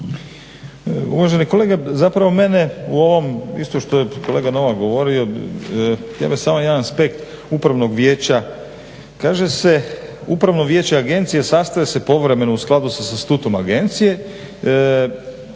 Uvaženi kolega zapravo mene u ovom isto što je kolega Novak govorio, ja bih samo jedan aspekt upravnog vijeća, kaže se "upravno vijeće agencije sastaje se povremeno u skladu sa statutom agencije"